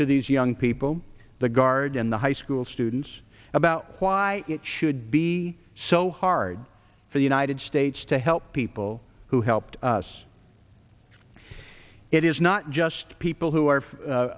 to these young people the guard and the high school students about why it should be so hard for the united states to help people who helped us it is not just people who are